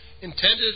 Intended